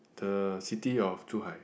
the city of Zhu-hai